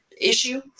issue